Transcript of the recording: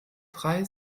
drei